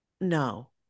no